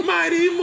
Mighty